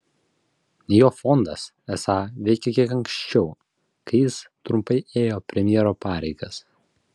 jo fondas esą veikė kiek anksčiau kai jis trumpai ėjo premjero pareigas